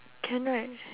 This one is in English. can right